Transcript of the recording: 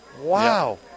Wow